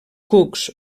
cucs